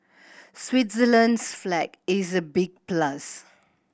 Switzerland's flag is a big plus